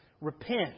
Repent